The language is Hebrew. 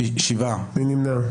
מי נמנע?